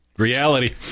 Reality